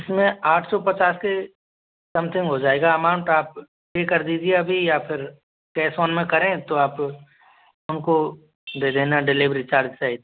इसमें आठ सौ पचास के समथिंग हो जाएगा अमाउंट आप पे कर दीजिए अभी या फिर कैश ऑन में करें तो आप हमको दे देना डिलीवरी चार्ज सहित